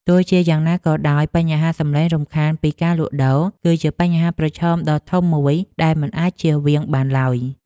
ទោះជាយ៉ាងណាក៏ដោយបញ្ហាសំឡេងរំខានពីការលក់ដូរ គឺជាបញ្ហាប្រឈមដ៏ធំមួយដែលមិនអាចជៀសវាងបានឡើយ។